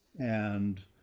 and,